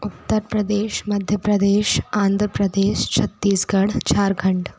Uttar Pradesh Madhya Pradesh Andhra Pradesh Chhattisgarh Jharkhand